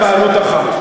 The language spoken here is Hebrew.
לא צריך חוק,